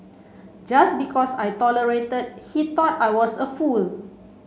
just because I tolerated he thought I was a fool